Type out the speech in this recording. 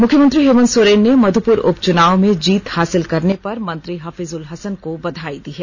मुख्यमंत्री हेमन्त सोरेन ने मधुपुर उपचुनाव में जीत हासिल करने पर मंत्री हफीजुल हसन को बधाई दी है